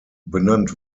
benannt